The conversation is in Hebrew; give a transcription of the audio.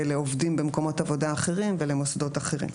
לעובדים במקומות עבודה אחרים ולמוסדות אחרים.